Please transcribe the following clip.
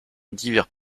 divers